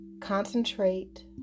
Concentrate